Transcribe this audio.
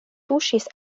tuŝis